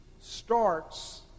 starts